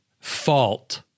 fault